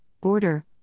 border